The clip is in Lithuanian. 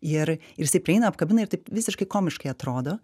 ir ir jisai prieina apkabina ir taip visiškai komiškai atrodo